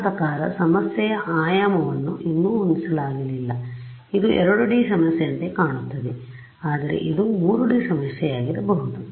ನನ್ನ ಪ್ರಕಾರ ಸಮಸ್ಯೆಯ ಆಯಾಮವನ್ನು ಇನ್ನೂ ಹೊಂದಿಸಲಾಗಿಲ್ಲ ಇದು 2 ಡಿ ಸಮಸ್ಯೆಯಂತೆ ಕಾಣುತ್ತದೆ ಆದರೆ ಇದು 3D ಸಮಸ್ಯೆಯಾಗಿರಬಹುದು